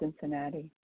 Cincinnati